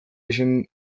izendatzeko